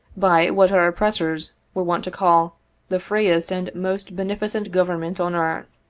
by what our oppressors were wont to call the freest and most beneficent government on earth.